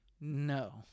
No